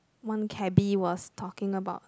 one cabby was talking about